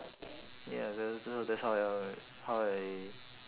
ya that is that's h~ how uh how I